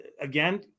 again